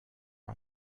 are